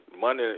money